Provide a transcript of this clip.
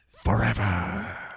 Forever